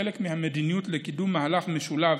כחלק מהמדיניות לקידום מהלך משולב